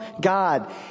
God